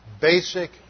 basic